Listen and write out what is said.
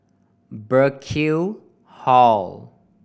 Burkill Hall